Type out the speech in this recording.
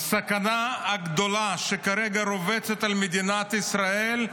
שהסכנה הגדולה שכרגע רובצת על מדינת ישראל,